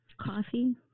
Coffee